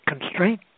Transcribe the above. constraint